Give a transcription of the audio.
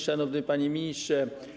Szanowny Panie Ministrze!